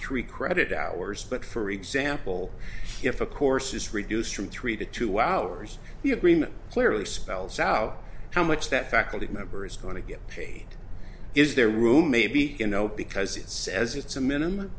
three credit hours but for example if a course is reduced from three to two hours the agreement clearly spells out how much that faculty member is going to get paid is there room maybe you know because it says it's a minimum